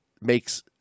makes